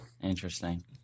Interesting